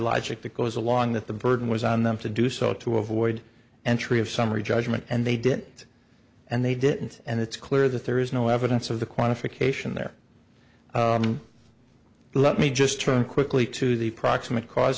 logic that goes along that the burden was on them to do so to avoid entry of summary judgment and they did it and they didn't and it's clear that there is no evidence of the quantification there let me just turn quickly to the proximate cause